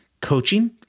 Coaching